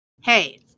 Hey